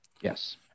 Yes